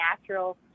natural